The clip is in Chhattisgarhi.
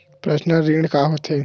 पर्सनल ऋण का होथे?